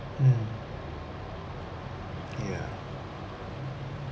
mm ya